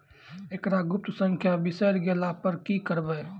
एकरऽ गुप्त संख्या बिसैर गेला पर की करवै?